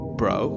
bro